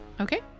Okay